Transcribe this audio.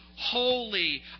Holy